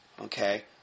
Okay